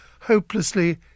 hopelessly